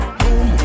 boom